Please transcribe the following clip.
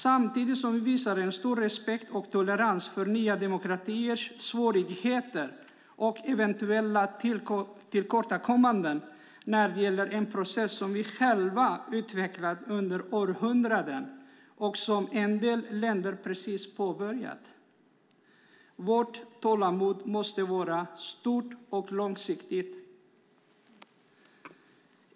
Samtidigt ska vi visa stor respekt och tolerans för nya demokratiers svårigheter och eventuella tillkortakommanden när det gäller en process som vi själva har utvecklat under århundraden och som en del länder precis har påbörjat. Vårt tålamod måste vara stort och långsiktigt.